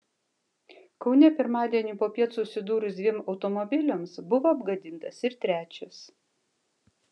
kaune pirmadienį popiet susidūrus dviem automobiliams buvo apgadintas ir trečias